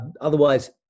otherwise